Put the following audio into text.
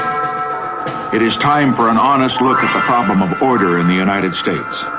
um it is time for an honest look at the problem of order in the united states.